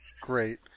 great